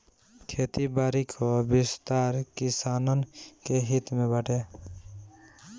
खेती बारी कअ विस्तार किसानन के हित में बाटे